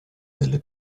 delle